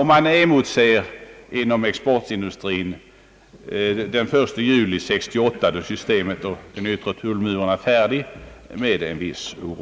Man emotser inom exportindustrien med en viss oro den 1 juli 1968, när systemet med den yttre tullmuren är färdigt.